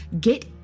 Get